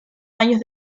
años